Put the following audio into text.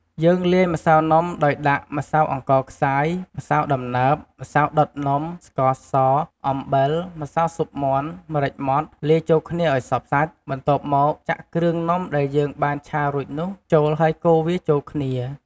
យើងលាយម្សៅនំដោយដាក់ ម្សៅអង្ករខ្សាយ ម្សៅដំណើប ម្សៅដុតនំ ស្ករស អំបិល ម្សៅស៊ុបមាន់ ម្រេចម៉ដ្ឋ លាយចូលគ្នាឱ្យសព្វសាច់ បន្ទាប់មកចាក់គ្រឿងនំដែលយើងបានឆារួចនោះចូលហើយកូរវាចូលគ្នា។